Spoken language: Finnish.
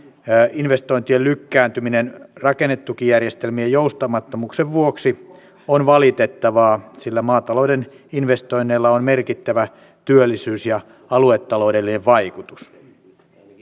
investointien lykkääntyminen rakennetukijärjestelmien joustamattomuuden vuoksi on valitettavaa sillä maatalouden investoinneilla on merkittävä työllisyys ja aluetaloudellinen vaikutus